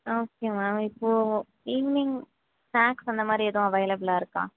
okay ma'am இப்போது evening snacks அந்த மாதிரி எதுவும் அவைலபுளாக இருக்கா